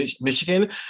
Michigan